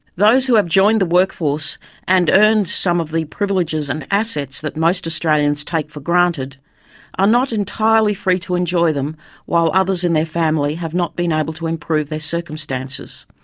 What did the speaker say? those who have joined the workforce and earned some of the privileges and assets that most australians take for granted are not entirely free to enjoy them while others in their family have not been able to improve their circumstances.